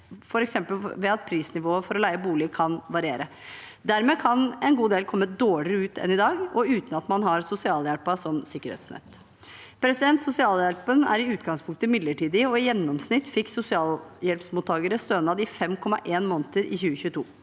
f.eks. ved at prisnivået for å leie bolig kan variere. Dermed kan en god del komme dårligere ut enn i dag, og uten at man har sosialhjelpen som sikkerhetsnett. Sosialhjelpen er i utgangspunktet midlertidig, og i gjennomsnitt fikk sosialhjelpsmottakere stønad i 5,1 måneder i 2022.